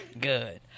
Good